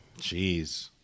jeez